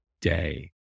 day